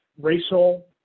racial